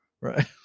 Right